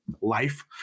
life